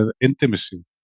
intimacy